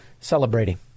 celebrating